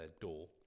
door